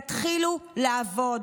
תתחילו לעבוד.